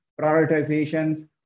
prioritizations